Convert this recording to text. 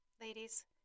Ladies